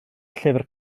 llyfr